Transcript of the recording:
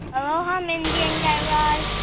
um mindy and guy raz.